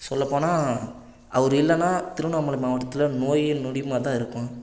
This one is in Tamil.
சொல்லப்போனால் அவர் இல்லைன்னா திருவண்ணாமலை மாவட்டத்தில் நோயும் நொடியுமாக தான் இருக்கும்